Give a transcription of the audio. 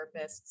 therapists